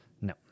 No